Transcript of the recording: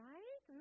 Right